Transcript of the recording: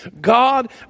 God